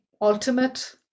ultimate